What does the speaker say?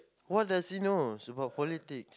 what does he knows about politic